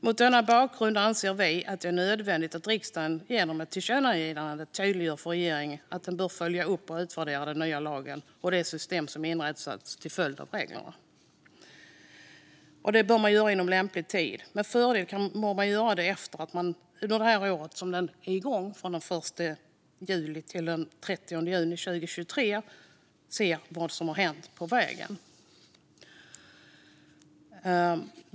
Mot denna bakgrund anser vi att det är nödvändigt att riksdagen genom ett tillkännagivande tydliggör för regeringen att den bör följa upp och utvärdera den nya lagen och de system som inrättas till följd av reglerna. Regeringen bör göra detta inom en lämplig tid. Med fördel kan detta göras efter den första rapporteringsperioden, den 1 juli 2022 till och med den 30 juni 2023, och se vad som har hänt på vägen.